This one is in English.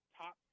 top